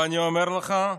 ואני אומר לך,